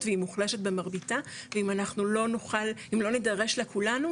והיא מוחלשת במרביתה ואם אנחנו לא נדרש לה כולנו,